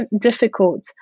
difficult